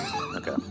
Okay